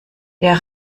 der